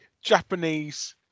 Japanese